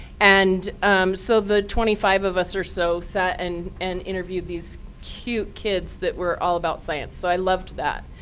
and um so the twenty five of us or so sat and and interviewed these cute kids that were all about science. so i loved that.